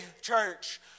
church